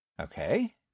Okay